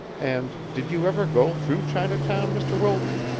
and did you ever go through chinatown, mr. wilton?